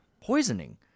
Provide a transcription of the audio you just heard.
poisoning